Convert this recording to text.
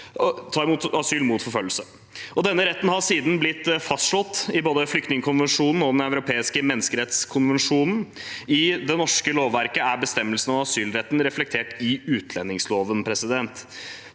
imot asyl mot forfølgelse. Denne retten har siden blitt fastslått i både flyktningkonvensjonen og Den europeiske menneskerettskonvensjon. I det norske lovverket er bestemmelsene om asylretten reflektert i utlendingsloven. Stortingets